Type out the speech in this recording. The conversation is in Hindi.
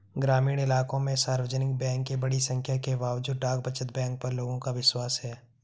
ग्रामीण इलाकों में सार्वजनिक बैंक की बड़ी संख्या के बावजूद डाक बचत बैंक पर लोगों का विश्वास है